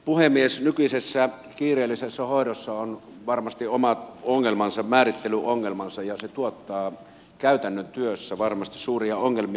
nykyisessä kiireellisessä hoidossa on varmasti omat määrittelyongelmansa ja se tuottaa käytännön työssä varmasti suuria ongelmia